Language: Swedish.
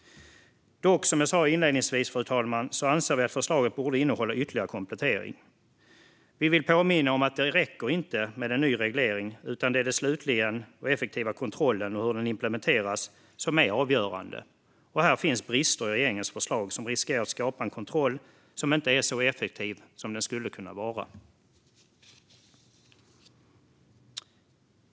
Som jag sa inledningsvis, fru talman, anser vi dock att förslaget borde innehålla ytterligare komplettering. Vi vill påminna om att det inte räcker med en ny reglering, utan det är slutligen den effektiva kontrollen och hur den implementeras som är avgörande. Här finns brister i regeringens förslag, som riskerar att skapa en kontroll som inte är så effektiv som den skulle kunna vara.